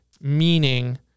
meaning